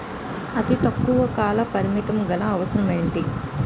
అతి తక్కువ కాల పరిమితి గల అవసరం ఏంటి